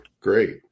great